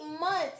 months